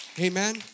Amen